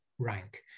rank